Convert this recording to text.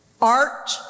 Art